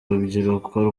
rubyiruko